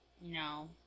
No